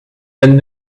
and